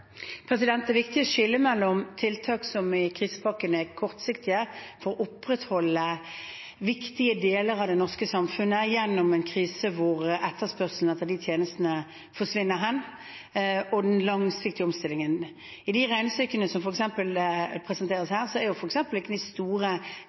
Det er viktig å skille mellom tiltak som i krisepakkene er kortsiktige for å opprettholde viktige deler av det norske samfunnet gjennom en krise, hvor etterspørselen etter de tjenestene forsvinner, og den langsiktige omstillingen. I de regnestykkene som f.eks. presenteres